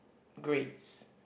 grades